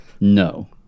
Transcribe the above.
No